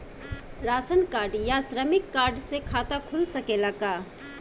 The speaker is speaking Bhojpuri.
राशन कार्ड या श्रमिक कार्ड से खाता खुल सकेला का?